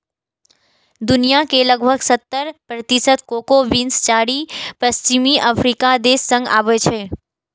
दुनिया के लगभग सत्तर प्रतिशत कोको बीन्स चारि पश्चिमी अफ्रीकी देश सं आबै छै